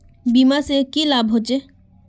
बीमा से की लाभ होचे?